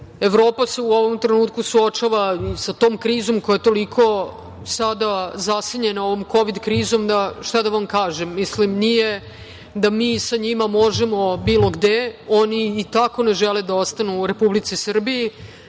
se u ovom trenutku suočava i sa tom krizom koja je toliko sada zasenjena ovom kovid krizom. Šta da vam kažem? Nije da mi sa njima možemo bilo gde, oni i tako ne žele da ostanu u Republici Srbiji.